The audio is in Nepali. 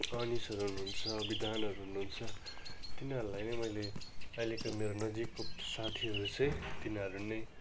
अनिसहरू हुनुहुन्छ विधानहरू हुनुहुन्छ तिनीहरूलाई न अहिलेको मेरो नजिकको साथीहरू चाहिँ तिनीहरू नै